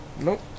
Nope